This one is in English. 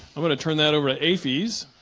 i'm gonna turn that over at a fees